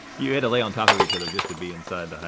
you had to lay on top of each other just to be inside the and